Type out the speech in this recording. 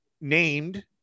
named